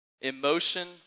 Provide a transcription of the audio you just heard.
emotion